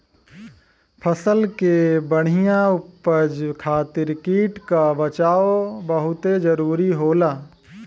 फसल के बढ़िया उपज खातिर कीट क बचाव बहुते जरूरी होला